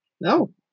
No